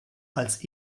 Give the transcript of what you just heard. als